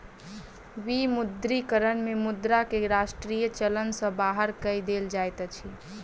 विमुद्रीकरण में मुद्रा के राष्ट्रीय चलन सॅ बाहर कय देल जाइत अछि